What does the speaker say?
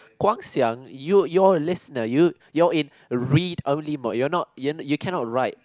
Guang-Xiang you you are a listener you you are in a read only mode you are not you you cannot write